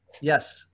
Yes